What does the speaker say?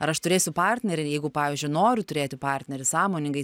ar aš turėsiu partnerį jeigu pavyzdžiui noriu turėti partnerį sąmoningai